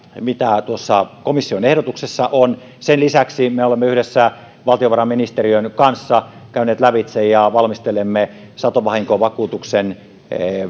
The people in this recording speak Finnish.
mitä tuossa komission ehdotuksessa on sen lisäksi me olemme yhdessä valtiovarainministeriön kanssa käyneet lävitse ja valmistelemme satovahinkovakuutuksen